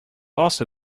also